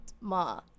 Ma